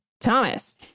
Thomas